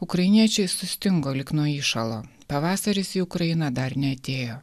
ukrainiečiai sustingo lyg nuo įšalo pavasaris į ukrainą dar neatėjo